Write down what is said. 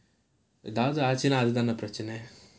ஏதாது ஆச்சுன்னா அது தானே பிரச்னை:ethaathu aachunaa adhu thaanae pirachanai